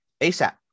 ASAP